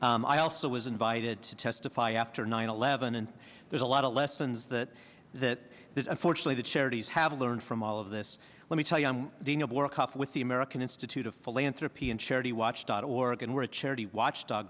here i also was invited to testify after nine eleven and there's a lot of lessons that that that unfortunately the charities have learned from all of this let me tell you i'm the network up with the american institute of philanthropy and charity watchdog org and we're a charity watchdog